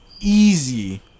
easy